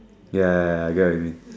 ya ya ya I got